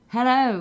Hello